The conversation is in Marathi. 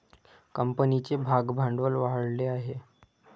कंपनीचे भागभांडवल वाढले आहे